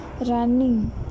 running